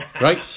Right